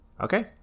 Okay